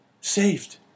Saved